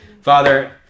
Father